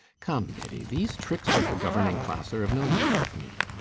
come, biddy! these tricks of the governing class are of no use with me.